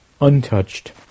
untouched